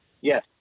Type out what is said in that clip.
Yes